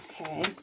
Okay